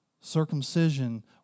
circumcision